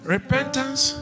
Repentance